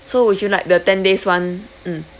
so would you like the ten days one mm